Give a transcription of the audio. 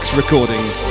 recordings